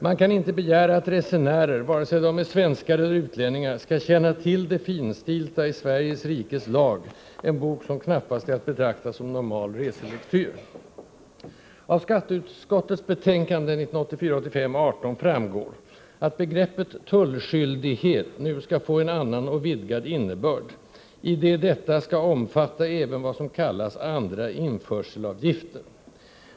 Man kan inte begära att resenärer, vare sig de är svenskar eller utlänningar, skall känna till det finstilta i Sveriges rikes lag — en bok som knappast är att betrakta som normal reselektyr. Av skatteutskottets betänkande 1984/85:18 framgår bl.a. att begreppet ”tullskyldighet” nu skall få en annan och vidgad innebörd, i det detta skall omfatta även vad som kallas ”andra införselavgifter”.